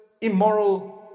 immoral